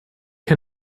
can